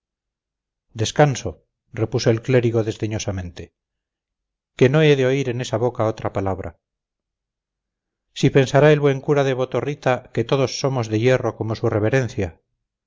descanso repuso el clérigo desdeñosamente que no he de oír en esa boca otra palabra si pensará el buen cura de botorrita que todos somos de hierro como su reverencia